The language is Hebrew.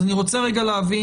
אז אני רוצה להבין.